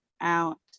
out